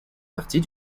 partie